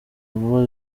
vuba